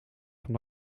van